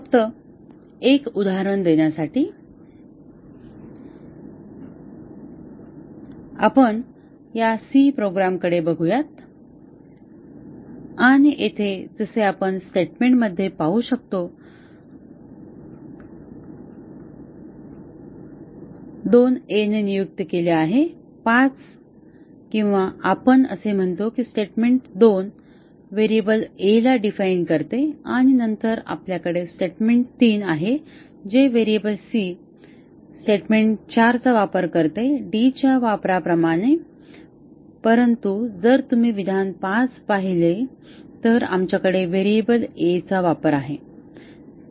फक्त एक उदाहरण देण्यासाठी आपण या c प्रोग्रॅम कडे बघूया आणि येथे जसे आपण स्टेटमेंट मध्ये पाहू शकतो दोन a ने नियुक्त केले आहे 5 किंवा आपण असे म्हणतो की स्टेटमेंट 2 व्हेरिएबल a ला डिफाइन करते आणि नंतर आपल्याकडे स्टेटमेंट 3 आहे जे व्हेरिएबल c स्टेटमेंट 4 चा वापर करते d च्या वापरांप्रमाणे परंतु जर तुम्ही विधान 5 बघितले तर आमच्याकडे व्हेरिएबल a चा वापर आहे